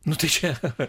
nu tai čia